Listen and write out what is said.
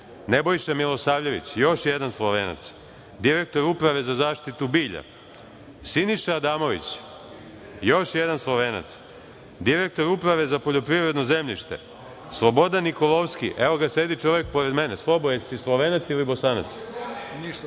Nebojša Milosavljević, još jedan Slovenac, direktor Uprave za zaštitu bilja. Siniša Adamović, još jedan Slovenac, direktor Uprave za poljoprivredno zemljište, Slobodan Nikolovski, evo ga, sedi čovek pored mene, Slobo, jel si Slovenac ili Bosanac? Kaže